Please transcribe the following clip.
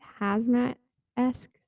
hazmat-esque